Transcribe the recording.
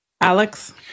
Alex